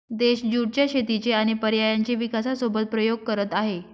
देश ज्युट च्या शेतीचे आणि पर्यायांचे विकासासोबत प्रयोग करत आहे